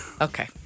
Okay